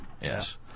yes